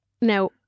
Now